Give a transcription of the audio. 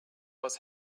was